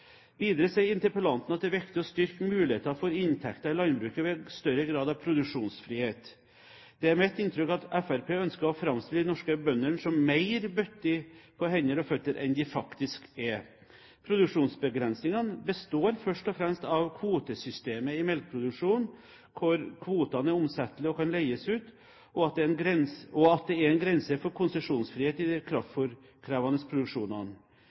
Videre sier interpellanten at det er viktig å styrke mulighetene for inntekter i landbruket ved større grad av produksjonsfrihet. Det er mitt inntrykk at Fremskrittspartiet ønsker å framstille de norske bøndene som mer bundet på hender og føtter enn de faktisk er. Produksjonsbegrensningene består først og fremst av kvotesystemet i melkeproduksjonen, hvor kvotene er omsettelige og kan leies ut, og at det er en grense for konsesjonsfrihet i de kraftfôrkrevende produksjonene. Igjen er